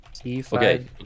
okay